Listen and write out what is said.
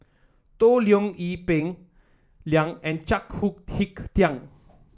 Toh Liying Ee Peng Liang and Chao Tin